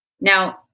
now